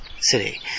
City